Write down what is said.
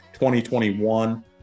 2021